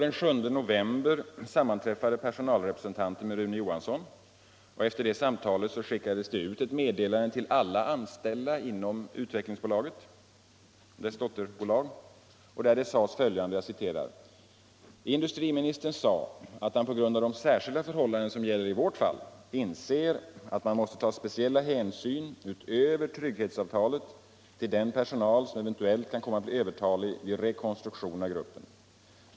Den 7 november sammanträffade personalrepresentanter med Rune Johansson och efter det samtalet skickades det ut ett meddelande till alla anställda inom Svenska Utvecklingsaktiebolaget och dess dotterbolag, där det stod följande: ”Industriministern sade att han på grund av de särskilda förhållanden som gäller i vårt fall inser att man måste ta speciella hänsyn utöver trygghetsavtalet till den personal som eventuellt kan komma att bli övertalig vid rekonstruktion av gruppen.